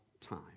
time